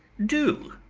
do,